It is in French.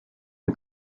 est